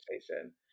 station